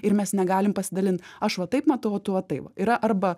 ir mes negalim pasidalint aš va taip matau tu va tai va yra arba